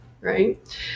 right